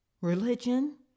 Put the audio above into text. religion